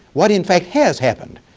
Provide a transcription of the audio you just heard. what, in fact, has happened.